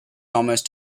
almost